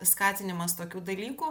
skatinimas tokių dalykų